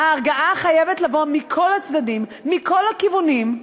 ההרגעה חייבת לבוא מכל הצדדים, מכל הכיוונים.